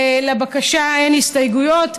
לבקשה אין הסתייגויות.